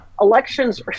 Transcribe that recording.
elections